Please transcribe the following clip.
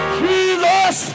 jesus